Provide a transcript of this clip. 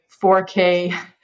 4K